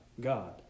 God